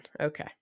Okay